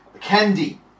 candy